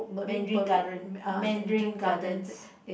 Mandarin Garden Mandarin Gardens